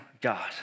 God